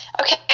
Okay